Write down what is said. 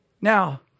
Now